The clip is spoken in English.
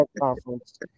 conference